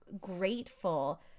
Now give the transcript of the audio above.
grateful